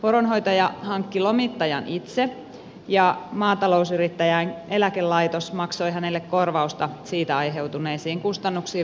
poronhoitaja hankki lomittajan itse ja maatalousyrittäjien eläkelaitos maksoi hänelle korvausta siitä aiheutuneisiin kustannuksiin valtion varoista